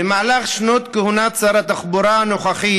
במהלך שנות הכהונה של שר התחבורה הנוכחי